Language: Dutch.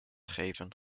geven